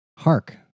Hark